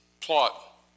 plot